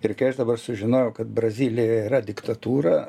ir kai aš dabar sužinojau kad brazilija yra diktatūra